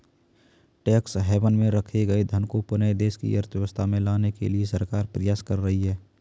tax haven में रखे गए धन को पुनः देश की अर्थव्यवस्था में लाने के लिए सरकार प्रयास कर रही है